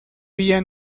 villa